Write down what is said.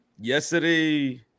yesterday